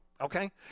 Okay